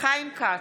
חיים כץ,